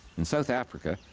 in south africa,